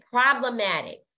problematic